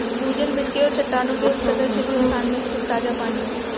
भूजल मिट्टी और चट्टानों के उपसतह छिद्र स्थान में स्थित ताजा पानी है